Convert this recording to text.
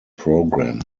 program